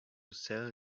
sell